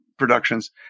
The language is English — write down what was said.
Productions